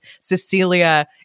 Cecilia